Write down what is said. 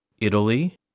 Italy